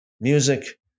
music